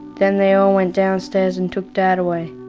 then they all went downstairs and took dad away.